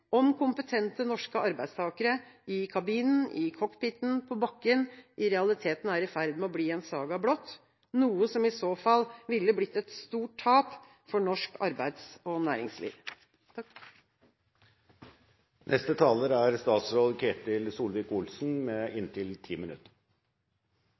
om kompetente norske arbeidstakere – i kabinen, i cockpiten, på bakken – i realiteten er i ferd med å bli en saga blott, noe som i så fall ville blitt et stort tap for norsk arbeids- og næringsliv. La meg begynne med å slå fast at for regjeringen er